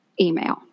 email